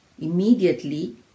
Immediately